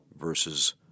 versus